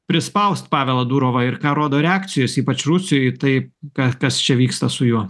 prispausti pavelą durovą ir ką rodo reakcijos ypač rusijoj į tai ką kas čia vyksta su juo